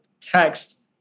text